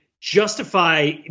justify